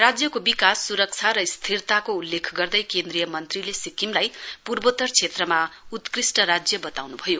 राज्यको विकास सुरक्षा र स्थिरताको उल्लेख गर्दै केन्द्रीय मनत्रीले सिक्किमलाई पूर्वोत्तर क्षेत्रमा उत्कृष्ट राज्य वताउनु भयो